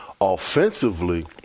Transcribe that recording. Offensively